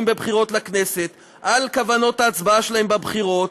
בבחירות לכנסת על כוונות ההצבעה שלהם בבחירות,